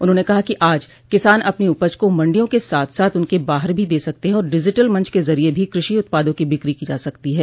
उन्होंने कहा कि आज किसान अपनी उपज को मंडियों के साथ साथ उनके बाहर भी दे सकते हैं और डिजिटल मंच के जरिए भी कृषि उत्पादों की बिक्री की जा सकती है